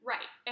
Right